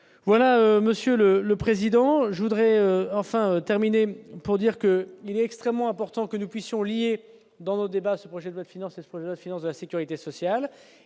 voilà Monsieur le le président je voudrais enfin terminé pour dire que il est extrêmement important que nous puissions liés dans nos débats, ce projet de loi de finance et la finance de la Sécurité sociale